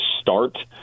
start